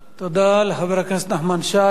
תודה לחבר הכנסת נחמן שי.